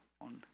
on